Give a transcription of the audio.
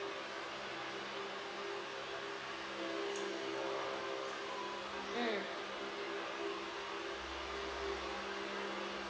mm